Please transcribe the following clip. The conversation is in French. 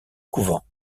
couvent